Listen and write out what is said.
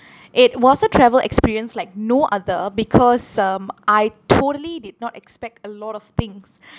it was a travel experience like no other because um I totally did not expect a lot of things